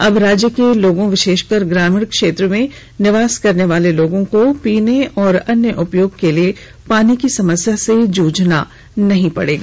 अब राज्य के लोगों विशेषकर ग्रामीण क्षेत्र में निवास करने वाले को पीने एवं अन्य उपयोग के लिए पानी की समस्या से नहीं जूझना होगा